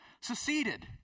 seceded